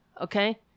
Okay